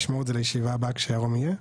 לשמור את זה לישיבה הבאה כשירום יהיה?